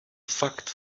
fakt